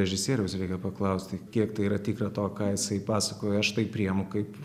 režisieriaus reikia paklausti kiek tai yra tikra to ką jisai pasakoja aš tai priimu kaip